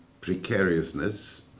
precariousness